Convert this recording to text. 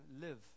live